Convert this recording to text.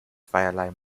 zweierlei